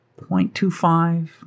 0.25